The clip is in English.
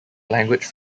language